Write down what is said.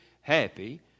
happy